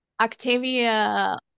Octavia